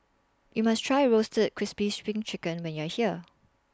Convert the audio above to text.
YOU must Try Roasted Crispy SPRING Chicken when YOU Are here